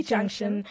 Junction